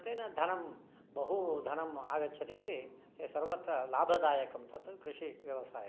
तेन धनं बहुधनम् आगच्छति इति ते सर्वत्र लाभदायकं तत् कृषिव्यवसायः